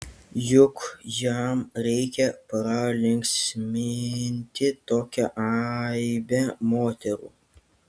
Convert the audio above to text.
juk jam reikia pralinksminti tokią aibę moterų